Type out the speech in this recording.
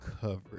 coverage